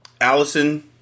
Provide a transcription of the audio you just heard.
allison